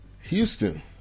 Houston